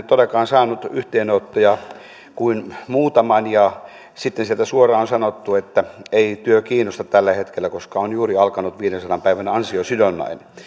todellakaan saanut yhteydenottoja kuin muutaman ja sitten sieltä suoraan on sanottu että ei työ kiinnosta tällä hetkellä koska on juuri alkanut viidensadan päivän ansiosidonnainen